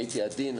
והייתי עדין.